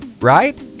right